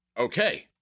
Okay